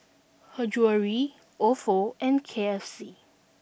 her Jewellery Ofo and K F C